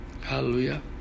Hallelujah